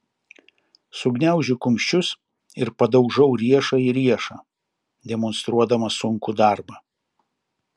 sugniaužiu kumščius ir padaužau riešą į riešą demonstruodama sunkų darbą